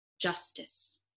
justice